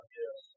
yes